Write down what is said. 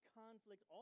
conflict